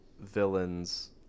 villains